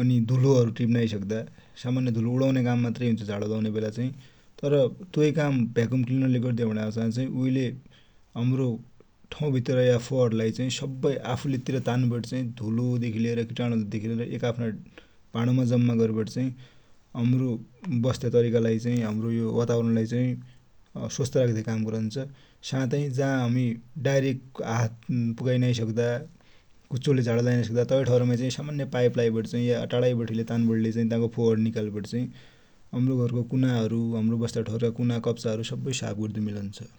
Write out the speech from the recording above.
अनि धुलो हरु टिपि नाइ सक्दा, सामान्य धुलो उडौन्या मात्रै हुन्छ, झाडो लाउने बेला चाइ तर तोइ काम भ्याकुम क्लिनर ले गर्द्या हो भनेपछा उइले हमरो ठाउ भित्र रहेको फोहोर लाइ चाइ सबै आफु तिर तान्बटी चाइ धुलो देखि लिएर किटाणु देखि लिएर एक आफ्ना भाडो मा जम्मा गर्बटी हम्रो बस्त्या तरिका लाइ, हम्रो बताबरण लाइ चाइ स्वस्थ राख्द्या काम गरन्छ। साथै जा हमि डाइरेक्ट हात पुगाइ नाइसक्दा, कुच्चो ले झाडो लाइ नाइसक्दा तै ठाउ मा चाइ सामन्यपाइप लाइबटी टाढाबठे तान्बटी ले ताको फोहर निकाल्बटी चाइ हम्रो घर को कुना कप्छा हरु सबै साफ गर्दु मिलन्छ​।